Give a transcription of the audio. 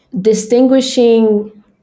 distinguishing